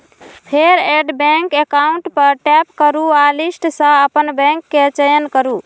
फेर add bank account पर tap करू आ लिस्ट सं अपन बैंक के चयन करू